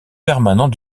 permanent